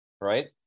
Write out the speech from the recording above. right